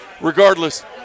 regardless